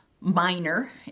minor